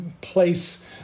place